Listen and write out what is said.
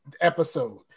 episode